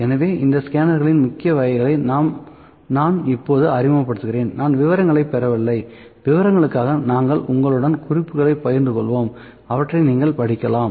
எனவே இந்த ஸ்கேனர்களின் முக்கிய வகைகளை நான் இப்போது அறிமுகப்படுத்துகிறேன் நான் விவரங்களை பெறவில்லை விவரங்களுக்காக நாங்கள் உங்களுடன் குறிப்புகளைப் பகிர்ந்து கொள்வோம் அவற்றை நீங்கள் படிக்கலாம்